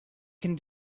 can